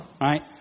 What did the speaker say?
right